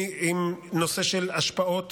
עם נושא של השפעות